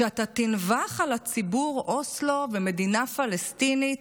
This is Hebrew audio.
שאתה תנבח על הציבור "אוסלו ומדינה פלסטינית"